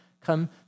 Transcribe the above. come